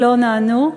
שלא נענו.